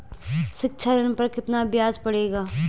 शिक्षा ऋण पर कितना ब्याज पड़ेगा?